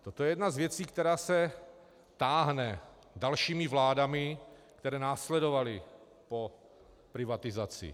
Toto je jedna z věcí, která se táhne dalšími vládami, které následovaly po privatizaci.